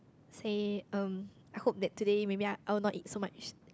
say um I hope that today maybe I I would not eat so much